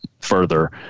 further